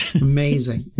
Amazing